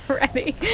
Ready